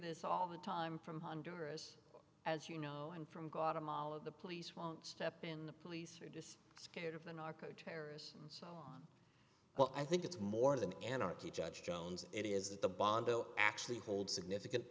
this all the time from honduras as you know i'm from guatemala the police won't step in the police are just scared of the narco terrorists well i think it's more than an arche judge jones it is the bondo actually hold significant